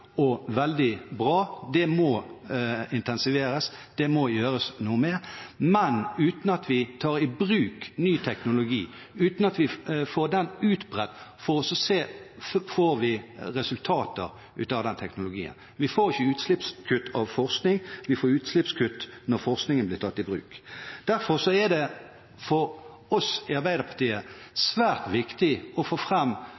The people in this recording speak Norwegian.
og veldig bra. Det må intensiveres, det må gjøres noe med, men uten at vi tar i bruk ny teknologi, uten at vi får den utbredt, får vi ikke resultater av den teknologien: Vi får ikke utslippskutt av forskning, vi får utslippskutt når forskningen blir tatt i bruk. Derfor er det for oss i Arbeiderpartiet